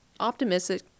optimistic